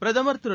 பிரதமர் திரு